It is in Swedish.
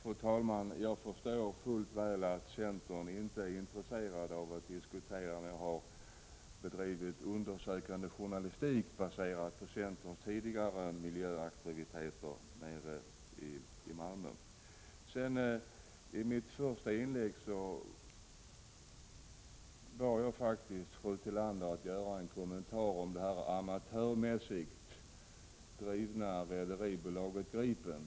Fru talman! Jag förstår mycket väl att centern inte är intresserad av en diskussion utifrån en undersökande journalistik baserad på centerns tidigare miljöaktiviteter nere i Malmö. I mitt första inlägg bad jag faktiskt fru Tillander att göra en kommentar om det amatörmässigt drivna rederibolaget Gripen.